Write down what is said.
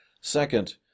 Second